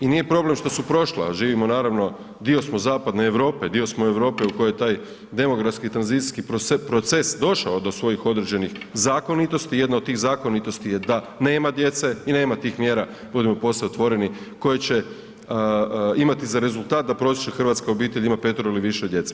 I nije problem što su prošla, živimo naravno, dio smo zapadne Europe, dio smo Europe u kojoj je taj demografski tranzicijski proces došao do svojih određenih zakonitosti, jedna od tih zakonitosti je da nema djece i nema tih mjera budimo posve otvoreni, koje će imati za rezultat da prosječna hrvatska obitelj ima petero ili više djece.